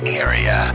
area